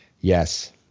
Yes